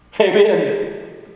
Amen